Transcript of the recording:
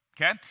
okay